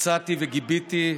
יצאתי וגיביתי,